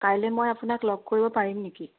কাইলৈ মই আপোনাক লগ কৰিব পাৰিম নেকি